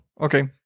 okay